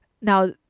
Now